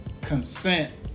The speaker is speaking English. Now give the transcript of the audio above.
consent